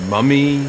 Mummy